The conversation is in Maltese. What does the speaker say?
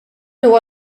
huwa